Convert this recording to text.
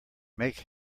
make